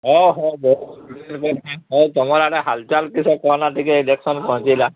ଅଃ ହୋଉ ତମ୍ ଆଡ଼େ ହାଲ୍ ଚାଲ୍ କିଶ୍ କୁହ ନା ଟିକେ ଦେଖନ୍ ହଜିଲା